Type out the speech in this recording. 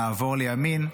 נעבור לימין,